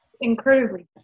incredibly